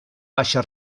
baixa